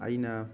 ꯑꯩꯅ